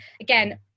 Again